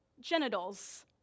genitals